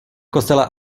kostela